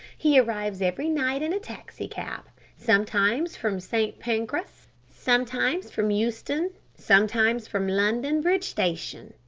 he arrives every night in a taxicab, sometimes from st. pancras, sometimes from euston, sometimes from london bridge station.